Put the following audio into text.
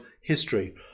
history